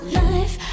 life